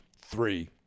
Three